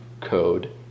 code